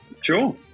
Sure